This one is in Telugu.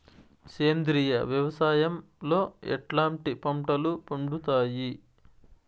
సేంద్రియ వ్యవసాయం లో ఎట్లాంటి పంటలు పండుతాయి